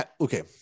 Okay